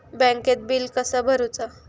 बँकेत बिल कसा भरुचा?